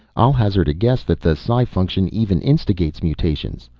i'll hazard a guess that the psi function even instigates mutations,